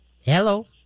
Hello